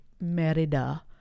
Merida